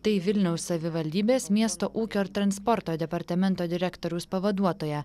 tai vilniaus savivaldybės miesto ūkio ir transporto departamento direktoriaus pavaduotoja